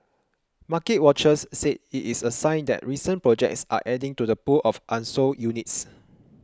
market watchers said it is a sign that recent projects are adding to the pool of unsold units